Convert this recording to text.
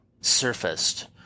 surfaced